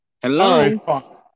Hello